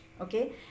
okay